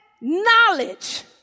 knowledge